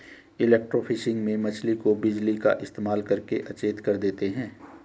electrofishing में मछली को बिजली का इस्तेमाल करके अचेत कर देते हैं